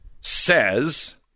says